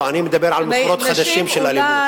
אני מדבר על מקורות חדשים של אלימות.